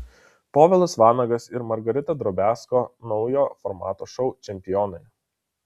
povilas vanagas ir margarita drobiazko naujo formato šou čempionai